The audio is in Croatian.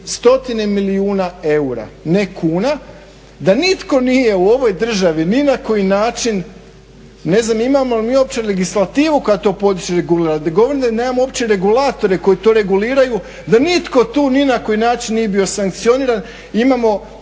milijuna eura ne kuna, da nitko nije u ovoj državi ni na koji način, ne znam imamo li mi uopće legislativu koja to … govorim da nemamo uopće regulatore koji to reguliraju da nitko tu ni na koji način nije bio sankcioniran. Imamo